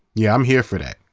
yeah. i'm here for that.